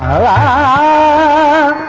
aa